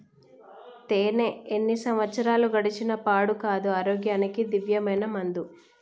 తేనే ఎన్ని సంవత్సరాలు గడిచిన పాడు కాదు, ఆరోగ్యానికి దివ్యమైన మందు